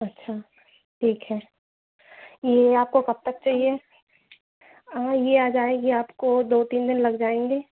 अच्छा ठीक है ये आपको कब तक चाहिए और ये आ जाएगी आपको दो तीन दिन लग जाएंगे